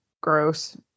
Gross